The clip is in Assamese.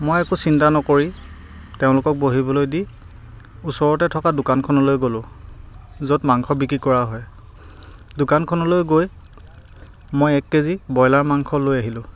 মই একো চিন্তা নকৰি তেওঁলোকক বহিবলৈ দি ওচৰতে থকা দোকানখনলৈ গ'লোঁ য'ত মাংস বিক্ৰী কৰা হয় দোকানখনলৈ গৈ মই এক কেজি বইলাৰ মাংস লৈ আহিলোঁ